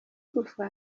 igufa